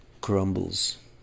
crumbles